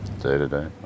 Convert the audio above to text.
Day-to-day